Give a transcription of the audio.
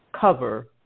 cover